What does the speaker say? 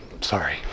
sorry